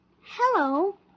Hello